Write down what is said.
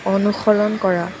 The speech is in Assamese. অনুসৰণ কৰা